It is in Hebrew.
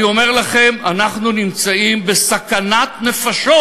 אני אומר לכם, אנחנו נמצאים בסכנת נפשות.